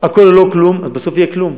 הכול או לא כלום, בסוף יהיה כלום.